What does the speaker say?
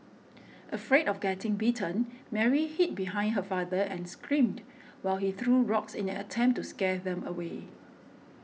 afraid of getting bitten Mary hid behind her father and screamed while he threw rocks in an attempt to scare them away